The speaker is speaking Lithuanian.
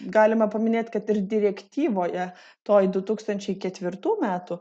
galima paminėti kad ir direktyvoje toj du tūkstančiai ketvirtų metų